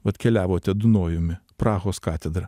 atkeliavote dunojumi prahos katedra